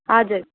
हजुर